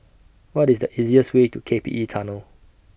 What IS The easiest Way to K P E Tunnel